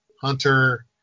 Hunter